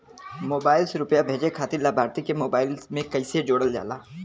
Mobile से रूपया भेजे खातिर लाभार्थी के मोबाइल मे कईसे जोड़ल जाला?